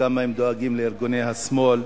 כמה הם דואגים לארגוני השמאל.